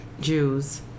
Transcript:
Jews